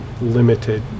limited